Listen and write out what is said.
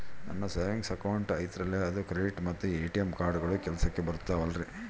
ನನ್ನ savings account ಐತಲ್ರೇ ಅದು ಕ್ರೆಡಿಟ್ ಮತ್ತ ಎ.ಟಿ.ಎಂ ಕಾರ್ಡುಗಳು ಕೆಲಸಕ್ಕೆ ಬರುತ್ತಾವಲ್ರಿ?